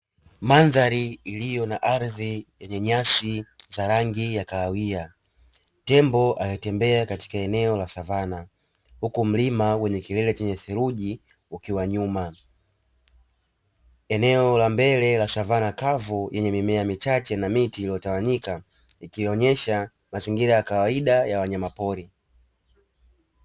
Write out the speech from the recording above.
Mandhari iliyo na ardhi yenye nyasi za rangi ya kahawia tembo anatembea katika eneo la savanna huku mlima wenye kilele chenye theruji ukiwa nyuma. Eneo la mbele la savanna kavu yenye mimea michache na miti iliyotawanyika ikionesha mazingira ya kawaida ya wanyama pori